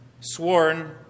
sworn